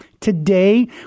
Today